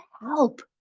help